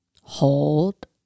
hold